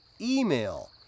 email